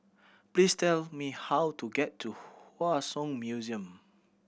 please tell me how to get to Hua Song Museum